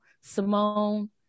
Simone